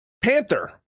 panther